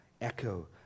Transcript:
echo